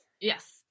Yes